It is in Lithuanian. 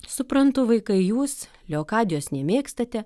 suprantu vaikai jūs leokadijos nemėgstate